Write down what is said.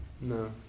No